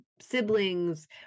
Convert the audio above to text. siblings